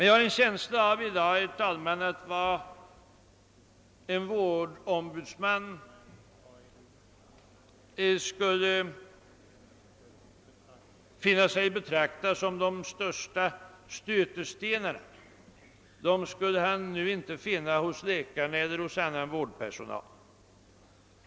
Jag har emellertid en känsla av att vad en vårdombudsman skulle betrakta som de största stötestenarna inte skulle finnas hos läkarna eller hos annan vårdpersonal.